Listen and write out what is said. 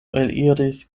eliris